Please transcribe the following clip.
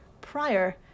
prior